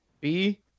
B-